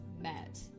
met